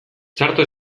txarto